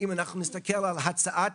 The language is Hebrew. אם אנחנו נסתכל על הצעת